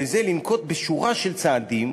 וזה לנקוט שורה של צעדים,